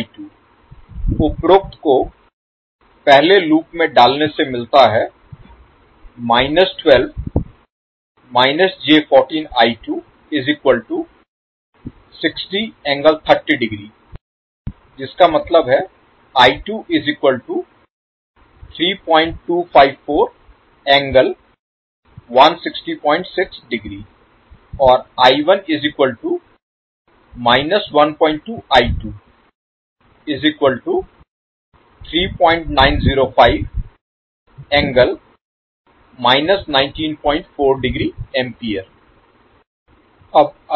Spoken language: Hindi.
लिए उपरोक्त को पहले लूप में डालने से मिलता है और